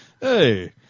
Hey